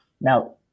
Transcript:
Now